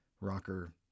rocker